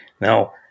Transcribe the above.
Now